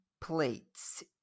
plates